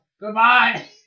Goodbye